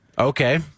Okay